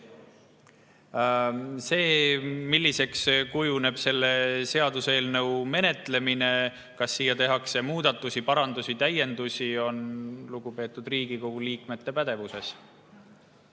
milliseks kujuneb selle seaduseelnõu menetlemine, kas siia tehakse muudatusi, parandusi, täiendusi, on lugupeetud Riigikogu liikmete pädevuses.